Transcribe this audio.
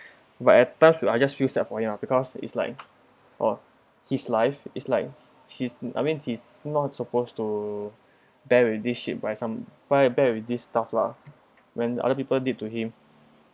but at times I just feel sad for him lah because it's like or his life is like he's I mean he's not supposed to bear with this shit by some bear with bear with this stuff lah when other people did to him